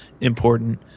important